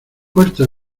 puerta